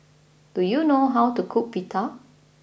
do you know how to cook Pita